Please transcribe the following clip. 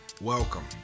Welcome